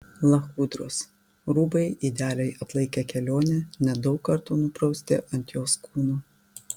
lachudros rūbai idealiai atlaikė kelionę net daug kartų nuprausti ant jos kūno